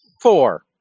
four